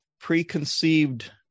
preconceived